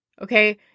okay